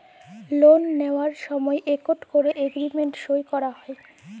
লল লিঁয়ার সময় ইকট ক্যরে এগ্রীমেল্ট সই ক্যরা হ্যয়